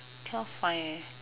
cannot find eh